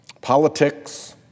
Politics